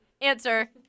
Answer